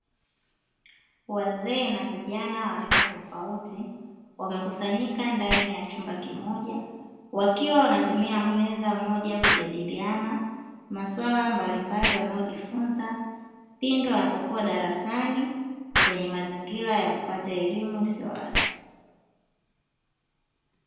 Wazee na vijana wa rika tofauti wamekusanyika ndani ya chumba kimoja, wakiwa wanatumia meza moja kujadiliana maswala mbalimbali wanaojifunza, pindi wanapokua darasani kwenye mazingira ya kupata elimu isio rasmi.